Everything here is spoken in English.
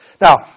Now